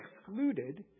excluded